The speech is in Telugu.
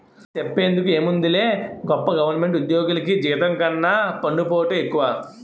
ఆ, సెప్పేందుకేముందిలే గొప్ప గవరమెంటు ఉజ్జోగులికి జీతం కన్నా పన్నుపోటే ఎక్కువ